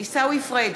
עיסאווי פריג'